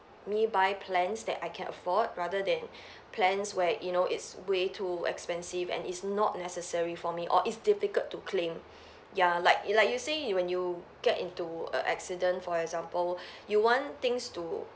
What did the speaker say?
me buy plans that I can afford rather than plans where you know it's way too expensive and is not necessary for me or it's difficult to claim ya like you like you say you when you get into a accident for example you want things to